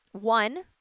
One